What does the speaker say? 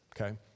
okay